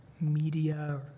media